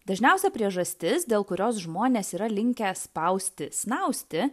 dažniausia priežastis dėl kurios žmonės yra linkę spausti snausti